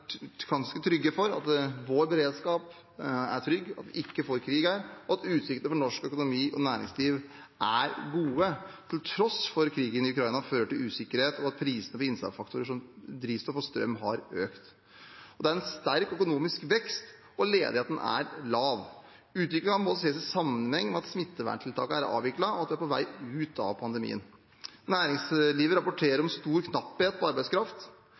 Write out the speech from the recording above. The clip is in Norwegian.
ganske trygge for vår beredskap og at vi ikke får krig her, og utsiktene for norsk økonomi og næringsliv er gode til tross for at krigen i Ukraina fører til usikkerhet, og at prisene på innsatsfaktorer som drivstoff og strøm har økt. Det er sterk økonomisk vekst, og ledigheten er lav. Utviklingen må ses i sammenheng med at smitteverntiltakene er avviklet, og at vi er på vei ut av pandemien. Næringslivet rapporterer om stor knapphet på arbeidskraft.